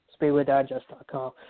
SpeedwayDigest.com